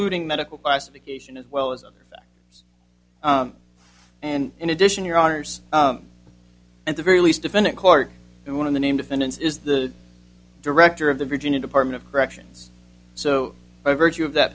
looting medical classification as well as other and in addition your honors at the very least defendant court and one of the name defendants is the director of the virginia department of corrections so by virtue of that